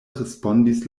respondis